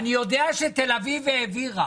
אני יודע שתל אביב העבירה,